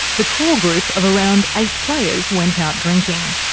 the core group of around eight players went out drinking.